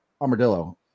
Armadillo